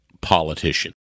politician